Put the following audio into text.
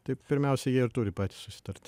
taip pirmiausia jie turi patys susitarti